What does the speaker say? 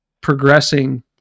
progressing